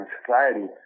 society